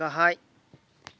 गाहाय